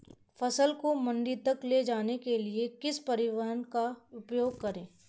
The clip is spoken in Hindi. फसल को मंडी तक ले जाने के लिए किस परिवहन का उपयोग करें?